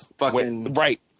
right